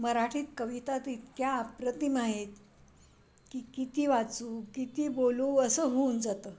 मराठीत कविता तर इतक्या अप्रतिम आहेत की किती वाचू किती बोलू असं होऊन जातं